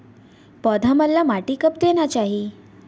पौधा मन ला माटी कब देना चाही?